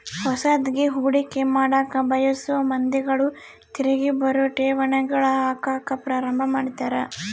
ಹೊಸದ್ಗಿ ಹೂಡಿಕೆ ಮಾಡಕ ಬಯಸೊ ಮಂದಿಗಳು ತಿರಿಗಿ ಬರೊ ಠೇವಣಿಗಳಗ ಹಾಕಕ ಪ್ರಾರಂಭ ಮಾಡ್ತರ